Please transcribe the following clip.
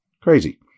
Crazy